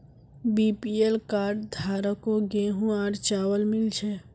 BPL card धारकों गेहूं और चावल मिल छे